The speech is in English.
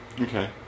Okay